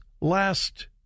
last